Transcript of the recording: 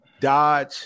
Dodge